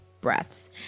breaths